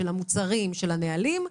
של המוצרים והנהלים,